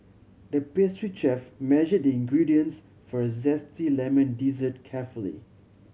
the pastry chef measured the ingredients for a zesty lemon dessert carefully